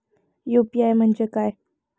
UPI म्हणजे काय?